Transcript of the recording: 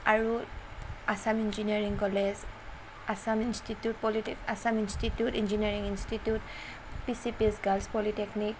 আৰু Assam engineering college Assam institute polytech Assam institute engineering institute P C P H girls polytechnic